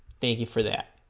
thank you for that